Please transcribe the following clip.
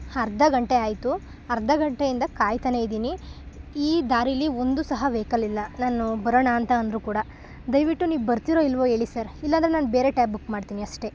ಅರ್ಧ ಗಂಟೆ ಆಯಿತು ಅರ್ಧ ಗಂಟೆಯಿಂದ ಕಾಯ್ತಾನೇ ಇದ್ದೀನಿ ಈ ದಾರೀಲಿ ಒಂದು ಸಹ ವೆಯ್ಕಲ್ ಇಲ್ಲ ನಾನು ಬರೋಣ ಅಂತ ಅಂದ್ರೂ ಕೂಡ ದಯವಿಟ್ಟು ನೀವು ಬರ್ತಿರೋ ಇಲ್ಲವೋ ಹೇಳಿ ಸರ್ ಇಲ್ಲ ಅಂದರೆ ನಾನು ಬೇರೆ ಟ್ಯಾಬ್ ಬುಕ್ ಮಾಡ್ತೀನಿ ಅಷ್ಟೆ